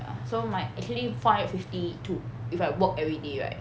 ya so my actually five fifty to if I walk everyday right